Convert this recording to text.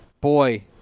boy